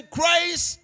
Christ